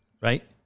Right